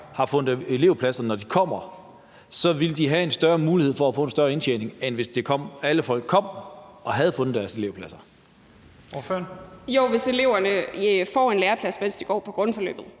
har fundet elevpladser, når de kommer, vil have en større mulighed for at få en større indtjening, end hvis alle eleverne havde fundet deres elevpladser, når de kom? Kl. 15:10 Første næstformand